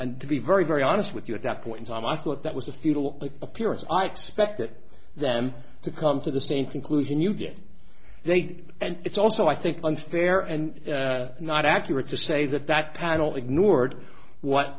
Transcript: and to be very very honest with you at that point in time i thought that was a futile appearance i expected them to come to the same conclusion you get they did and it's also i think unfair and not accurate to say that that panel ignored what